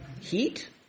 heat